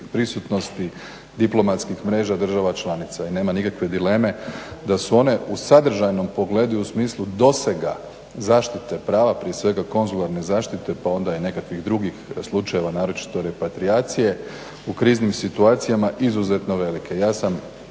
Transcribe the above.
prisutnosti diplomatskih mreža država članica. I nema nikakve dileme da su one u sadržajnom pogledu i u smislu dosega zaštite prava prije svega konzularne zaštite pa onda i nekakvih drugih slučajeva naročito repatrijacije u kriznim situacijama izuzetno velike. Ja sam